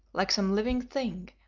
like some living thing,